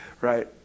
Right